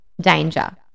danger